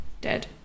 dead